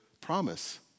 promise